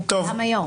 הוא קיים היום.